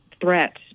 threat